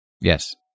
Yes